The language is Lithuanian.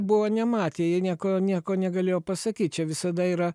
buvo nematę jie nieko nieko negalėjo pasakyt čia visada yra